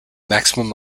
maximum